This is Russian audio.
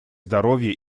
здоровье